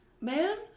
man